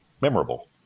memorable